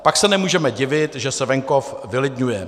Pak se nemůžeme divit, že se venkov vylidňuje.